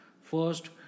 First